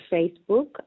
Facebook